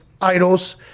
idols